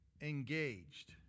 engaged